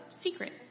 secret